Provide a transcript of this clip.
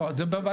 זה לא סתם.